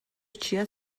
چیا